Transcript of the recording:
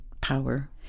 power